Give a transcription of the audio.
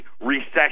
recession